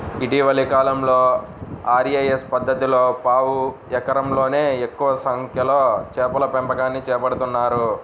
ఇటీవలి కాలంలో ఆర్.ఏ.ఎస్ పద్ధతిలో పావు ఎకరంలోనే ఎక్కువ సంఖ్యలో చేపల పెంపకాన్ని చేపడుతున్నారు